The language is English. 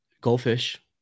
goldfish